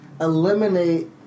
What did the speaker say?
eliminate